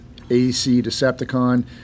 ACDecepticon